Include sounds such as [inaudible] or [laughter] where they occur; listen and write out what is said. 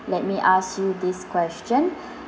let me ask you this question [breath]